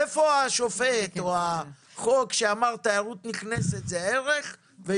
איפה השופט שאמר שתיירות יוצאת אינה ערך.